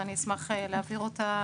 ואני אשמח להעביר אותה,